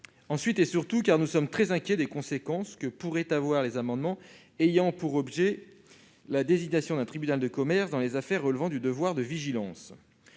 Nanterre. Surtout, nous sommes très inquiets des conséquences que pourraient avoir les amendements ayant pour objet la désignation d'un tribunal de commerce dans les affaires relevant du devoir de vigilance.